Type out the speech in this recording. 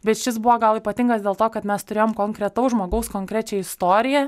bet šis buvo gal ypatingas dėl to kad mes turėjom konkretaus žmogaus konkrečią istoriją